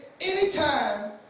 anytime